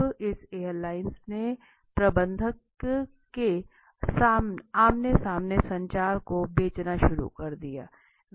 अब इस एयरलाइंस ने प्रबंधक के आमने सामने संचार को बेचना शुरू कर दिया है